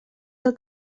del